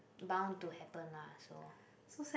bound to happen lah so